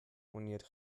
monierte